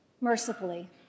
mercifully